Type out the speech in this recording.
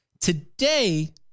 Today